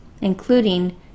including